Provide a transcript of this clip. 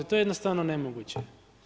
To je jednostavno nemoguće.